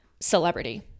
celebrity